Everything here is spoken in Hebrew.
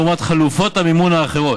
לעומת חלופות המימון האחרות.